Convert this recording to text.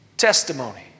Testimony